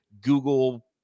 Google